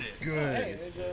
good